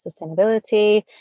sustainability